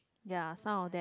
ya some of them